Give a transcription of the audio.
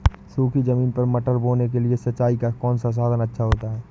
सूखी ज़मीन पर मटर बोने के लिए सिंचाई का कौन सा साधन अच्छा होता है?